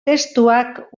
testuak